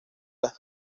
las